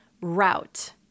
route